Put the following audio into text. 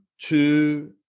two